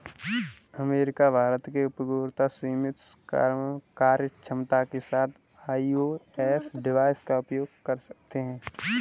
America, Bharat के उपयोगकर्ता सीमित कार्यक्षमता के साथ आई.ओ.एस डिवाइस का उपयोग कर सकते हैं